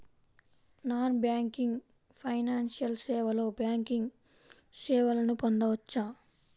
Non banking financial సేవలో banking సేవలను పొందవచ్చా?